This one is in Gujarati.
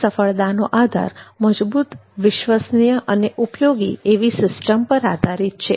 PMSની સફળતાનો આધાર મજબૂત વિશ્વસનીય અને ઉપયોગી એવી સિસ્ટમ પર આધારિત છે